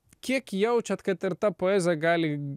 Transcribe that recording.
kiek jaučiat kad ir ta poezija gali